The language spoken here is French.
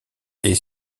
est